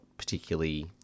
particularly